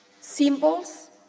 symbols